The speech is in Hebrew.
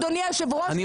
אדוני היושב-ראש,